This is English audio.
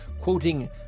quoting